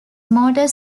motor